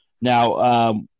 Now